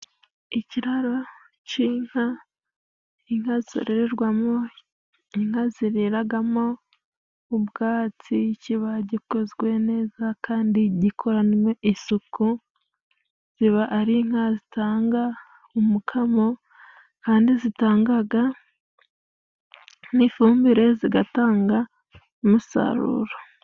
Ikiraro c'inka, inka zorererwamo, inka ziriragamo ubwatsi. Kiba gikozwe neza kandi gikoranwe isuku, ziba ari inka zitanga umukamo kandi zitangaga n'ifumbire zigatanga umusaruro.